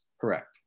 Correct